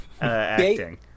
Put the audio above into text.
acting